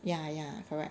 ya ya correct